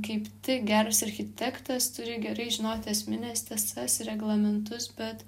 kaip geras architektas turi gerai žinoti esmines tiesas reglamentus bet